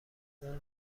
اون